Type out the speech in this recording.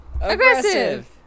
Aggressive